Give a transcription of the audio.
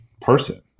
person